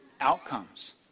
outcomes